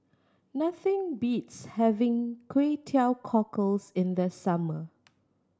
nothing beats having Kway Teow Cockles in the summer